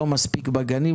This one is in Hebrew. לא מספיק בגנים,